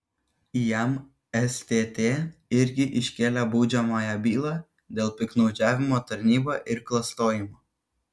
jam stt irgi iškėlė baudžiamąją bylą dėl piktnaudžiavimo tarnyba ir klastojimo